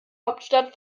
hauptstadt